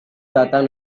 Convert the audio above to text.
datang